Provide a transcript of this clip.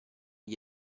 gli